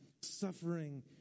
suffering